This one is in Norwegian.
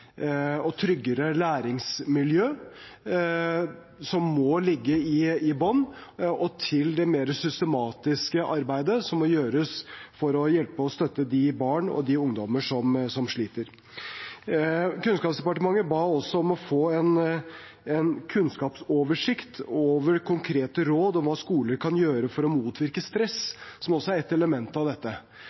og tryggere læringsmiljø, som må ligge i bunn. Det andre er det mer systematiske arbeidet som må gjøres for å hjelpe og støtte barn og ungdom som sliter. Kunnskapsdepartementet ba også om å få en kunnskapsoversikt over konkrete råd om hva skoler kan gjøre for å motvirke stress, som også er et element av dette.